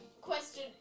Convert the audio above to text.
Question